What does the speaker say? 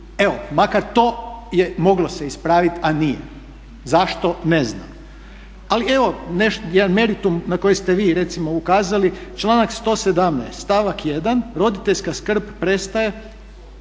i makar to se moglo ispraviti, a nije. Zašto, ne znam. Ali jedan meritum na koji ste vi recimo ukazali, članak 117.stavak 1.roditeljska skrb prestaje